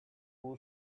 who